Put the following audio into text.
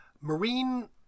Marine